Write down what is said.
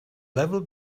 level